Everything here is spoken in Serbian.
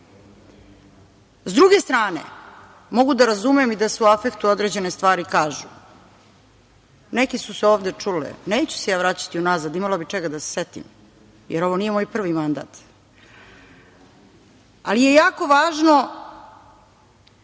druge strane, mogu da razumem i da se u afektu određene stvari kažu. Neke su se ovde čule, neću se ja vraćati u nazad, imala bih čega da se setim, jer ovo nije moj prvi mandat, ali je jako važno